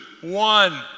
one